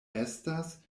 estas